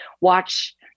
watch